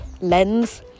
Lens